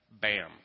Bam